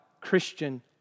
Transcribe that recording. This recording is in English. Christian